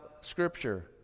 Scripture